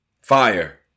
fire